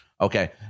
Okay